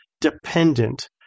dependent